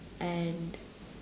and